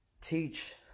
teach